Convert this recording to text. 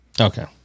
Okay